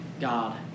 God